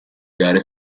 gare